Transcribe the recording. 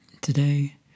Today